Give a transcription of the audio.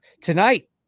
tonight